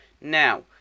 Now